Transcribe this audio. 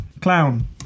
clown